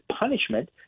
punishment